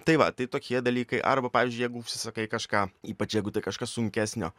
tai va tai tokie dalykai arba pavyzdžiui jeigu užsisakai kažką ypač jeigu tai kažkas sunkesnio